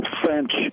French